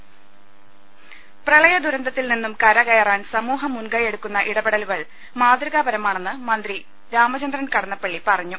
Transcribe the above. ലലലലലലലലലലലല പ്രളയദുരന്തത്തിൽ നിന്നും കരകയരാൻ സമൂഹം മുൻകൈയ്യെടുക്കുന്ന ഇടപെടലുകൾ മാതൃക പ്രമാണെന്ന് മന്ത്രി രാമചന്ദ്രൻ കടന്നപ്പള്ളി പറഞ്ഞു